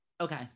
okay